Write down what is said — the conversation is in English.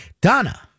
Donna